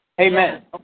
Amen